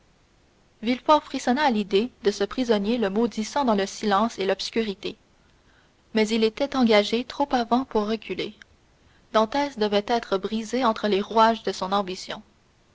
frissonna à l'idée de ce prisonnier le maudissant dans le silence et l'obscurité mais il était engagé trop avant pour reculer dantès devait être brisé entre les rouages de son ambition